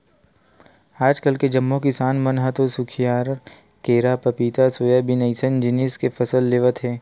आजकाल के जम्मो किसान मन ह तो खुसियार, केरा, पपिता, सोयाबीन अइसन जिनिस के फसल लेवत हे